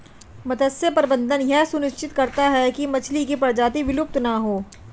मत्स्य प्रबंधन यह सुनिश्चित करता है की मछली की प्रजाति विलुप्त ना हो